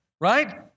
Right